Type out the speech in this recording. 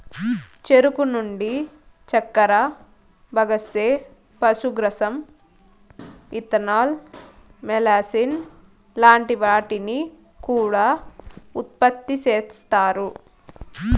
చెరుకు నుండి చక్కర, బగస్సే, పశుగ్రాసం, ఇథనాల్, మొలాసిస్ లాంటి వాటిని కూడా ఉత్పతి చేస్తారు